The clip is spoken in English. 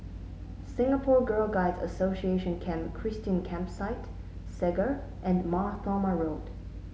Singapore Girl Guides Association Camp Christine Campsite Segar and Mar Thoma Road